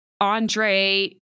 Andre